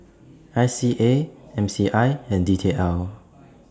I C A M C I and D T L